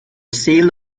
sale